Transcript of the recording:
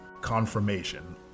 confirmation